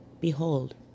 Behold